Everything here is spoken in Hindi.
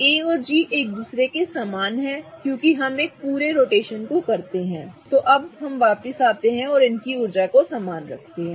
A और G एक दूसरे के समान हैं क्योंकि हम एक पूर्ण रोटेशन को पूरा करते हैं और वापस आते हैं तो उनकी ऊर्जा समान होगी